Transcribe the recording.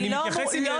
אני מתייחס עניינית.